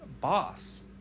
boss